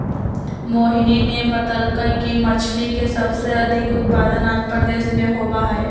मोहिनी ने बतल कई कि मछ्ली के सबसे अधिक उत्पादन आंध्रप्रदेश में होबा हई